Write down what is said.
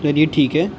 چلیے ٹھیک ہے